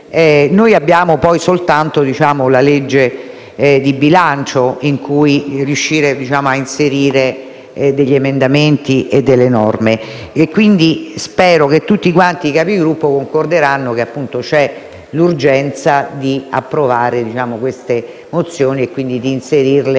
abbiamo soltanto la legge di bilancio in cui riuscire a inserire degli emendamenti e delle norme. Spero quindi che tutti i Capigruppo concorderanno che c'è l'urgenza di approvare queste mozioni e di inserirle